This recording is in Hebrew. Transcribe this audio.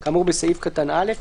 כאמור בסעיף קטן (א),